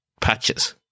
patches